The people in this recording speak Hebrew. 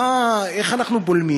איך אנחנו בולמים,